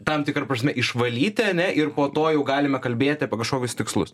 tam tikra prasme išvalyti ane ir po to jau galime kalbėti apie kažkokius tikslus